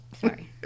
Sorry